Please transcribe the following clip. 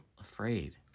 afraid